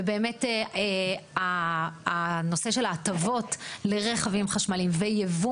ובאמת הנושא של ההטבות לרכבים וחשמליים ויבוא